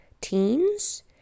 teens